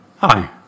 Hi